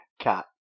cat